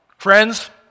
Friends